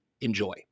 Enjoy